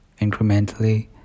incrementally